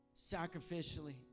sacrificially